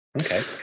Okay